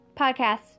podcast's